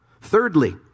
Thirdly